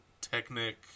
technic